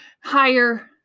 higher